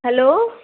hello